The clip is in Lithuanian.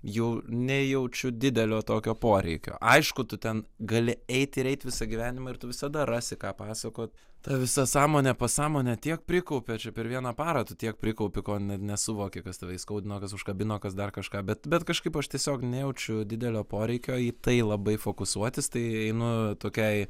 jau nejaučiu didelio tokio poreikio aišku tu ten gali eit ir eit visą gyvenimą ir tu visada rasi ką pasakot ta visa sąmonė pasąmonė tiek prikaupia čia per vieną parą tu tiek prikaupi ko net nesuvoki kas tave įskaudino kas užkabino kas dar kažką bet bet kažkaip aš tiesiog nejaučiu didelio poreikio į tai labai fokusuotis tai nu tokiai